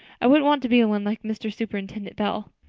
i wouldn't want to be one like mr. superintendent bell.